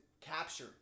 capture